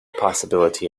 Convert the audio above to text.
possibility